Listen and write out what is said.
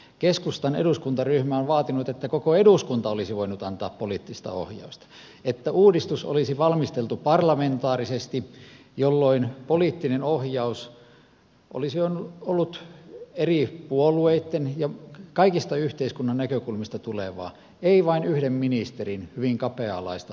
keskustan eduskuntaryhmä on vaatinut että koko eduskunta olisi voinut antaa poliittista ohjausta että uudistus olisi valmisteltu parlamentaarisesti jolloin poliittinen ohjaus olisi ollut eri puolueista ja kaikista yhteiskunnan näkökulmista tulevaa ei vain yhden ministerin hyvin kapea alaista poliittista ohjausta